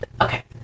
Okay